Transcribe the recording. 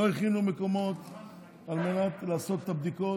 לא פותרים את הבעיה בזה שמשנים את התקנות,